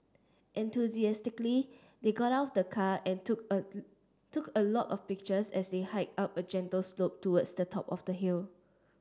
enthusiastically they got out of the car and took a took a lot of pictures as they hiked up a gentle slope towards the top of the hill